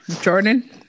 Jordan